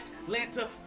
Atlanta